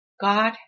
God